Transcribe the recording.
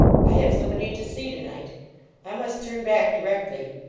i have somebody to see to-night i must turn back directly.